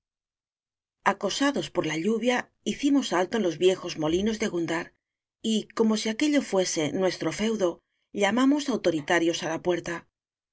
acosados por la lluvia hicimos alto en los viejos molinos de gundar y como si aquello fuese nuestro feudo llamamos autoritarios á la puerta